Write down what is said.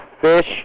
Fish